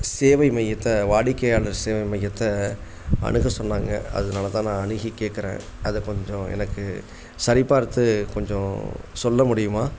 சேவை மையத்தை வாடிக்கையாளர் சேவை மையத்தை அணுக சொன்னாங்க அதனால தான் நான் அணுகிக் கேட்குறேன் அதை கொஞ்சம் எனக்கு சரிபார்த்து கொஞ்சம் சொல்ல முடியுமா